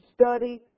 study